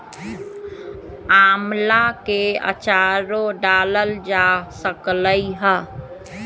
आम्ला के आचारो डालल जा सकलई ह